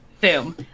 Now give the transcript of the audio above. Boom